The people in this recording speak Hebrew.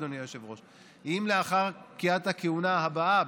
אדוני היושב-ראש: אם לאחר פקיעת הכהונה הבאה,